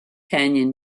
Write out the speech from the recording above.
kanyon